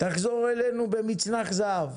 תחזור אלינו במצנח זהב.